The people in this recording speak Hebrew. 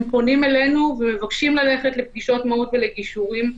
פונים אלינו ומבקשים ללכת לפגישות מהו"ת ולגישורים.